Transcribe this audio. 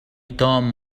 توم